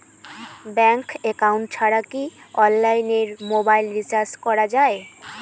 Bank account ছাড়া কি অনলাইনে মোবাইল রিচার্জ করা যায়?